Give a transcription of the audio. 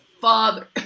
father